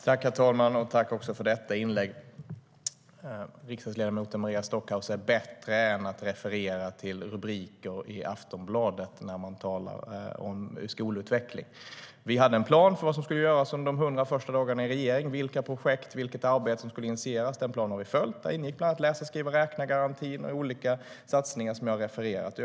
Herr talman! Tack också för detta inlägg! Vi hade en plan för vad som skulle göras under de 100 första dagarna i regering, vilka projekt och vilket arbete som skulle initieras. Den planen har vi följt. Där ingick bland annat läsa-skriva-räkna-garantin och olika satsningar som jag har refererat till.